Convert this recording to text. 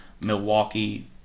Milwaukee